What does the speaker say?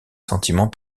sentiments